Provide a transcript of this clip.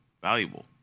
valuable